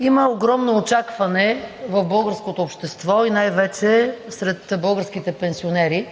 има огромно очакване в българското общество и най-вече сред българските пенсионери,